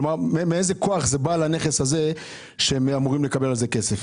מאיזה כוח הם אמורים לקבל על זה כסף?